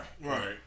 Right